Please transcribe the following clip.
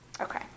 Okay